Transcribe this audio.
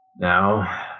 Now